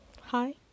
hi